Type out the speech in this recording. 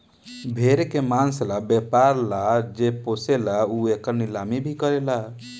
भेड़ के मांस ला व्यापर ला जे पोसेला उ एकर नीलामी भी करेला